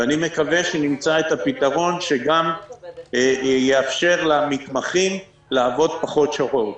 ואני מקווה שנמצא את הפתרון שיאפשר למתמחים לעבוד פחות שעות.